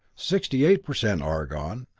sixty eight per cent argon,